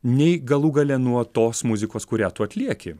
nei galų gale nuo tos muzikos kurią tu atlieki